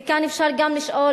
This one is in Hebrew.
וכאן אפשר גם לשאול,